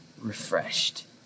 refreshed